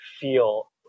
feel